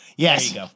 Yes